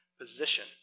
position